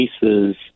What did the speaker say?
cases